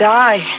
die